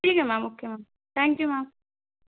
ٹھیک ہے ma'am okay ma'am thank you ma'am